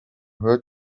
her